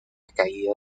caída